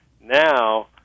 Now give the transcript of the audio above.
Now